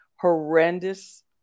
horrendous